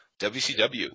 WCW